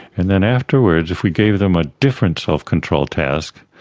and then afterwards if we gave them a different self-control task,